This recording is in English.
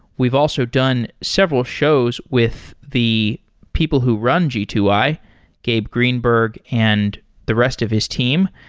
we've also done several shows with the people who run g two i, gabe greenberg, and the rest of his team.